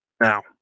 Now